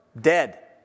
dead